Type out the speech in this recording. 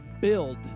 build